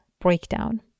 breakdown